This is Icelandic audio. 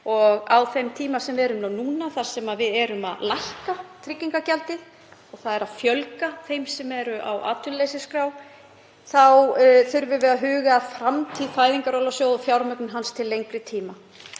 á þeim tíma sem við erum núna, þar sem við erum að lækka tryggingagjaldið og þeim er að fjölga sem eru á atvinnuleysisskrá, þá þurfum við að huga að framtíð Fæðingarorlofssjóð og fjármögnun hans til lengri tíma.